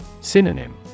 Synonym